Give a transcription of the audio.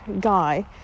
guy